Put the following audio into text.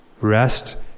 Rest